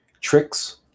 tricks